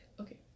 Okay